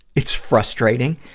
it's frustrating,